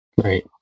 Right